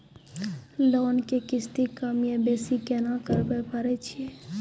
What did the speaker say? Loan के किस्ती कम या बेसी केना करबै पारे छियै?